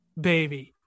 baby